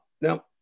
Now